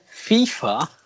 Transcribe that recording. FIFA